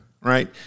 right